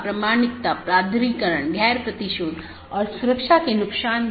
विशेषता का संयोजन सर्वोत्तम पथ का चयन करने के लिए उपयोग किया जाता है